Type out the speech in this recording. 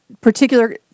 particular